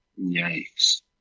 Yikes